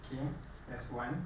okay that's one